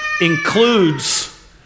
includes